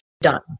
done